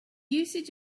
usage